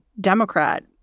Democrat